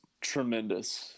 tremendous